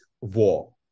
war